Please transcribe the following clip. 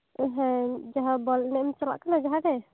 ᱦᱮᱸ ᱡᱟᱦᱟᱸ ᱵᱚᱞ ᱮᱱᱮᱡ ᱮᱢ ᱪᱟᱞᱟᱜ ᱠᱟᱱᱟ ᱡᱟᱦᱟᱸᱨᱮ